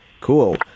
cool